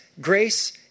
grace